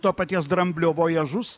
to paties dramblio vojažus